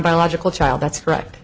biological child that's correct